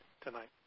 tonight